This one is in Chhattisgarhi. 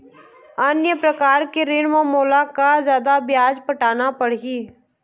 अन्य प्रकार के ऋण म मोला का जादा ब्याज पटाना पड़ही?